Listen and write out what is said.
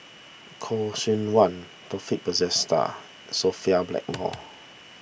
Khoo Seok Wan Taufik Batisah Sophia Blackmore